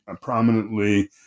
prominently